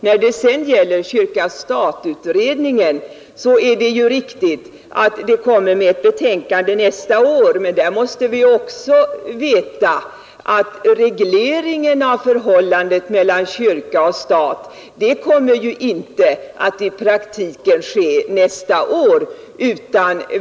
När det sedan gäller kyrka—stat-beredningen är det riktigt att den kommer med betänkande nästa är, men där måste vi också veta att regleringen av förhållandet mellan kyrka och stat inte kommer att i praktiken ske nästa är.